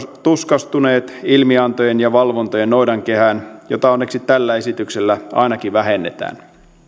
tuskastuneet ilmiantojen ja valvontojen noidankehään jota onneksi tällä esityksellä ainakin vähennetään